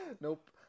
Nope